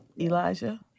Elijah